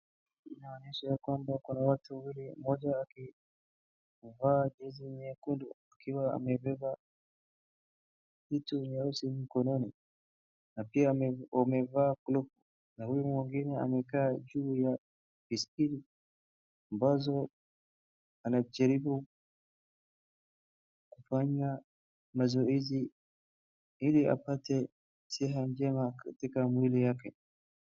Inaonyeshwa ya kwamba kuna watu wawili, mmoja akivaa jezi nyekundu akiwa amebeba kitu nyeusi mkononi na pia amevaa glovu na huyu mwingine amekaa juu ya isili ambazo anajaribu kufanya mazoezi ili apate siha njema katika mwili wake.